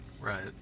right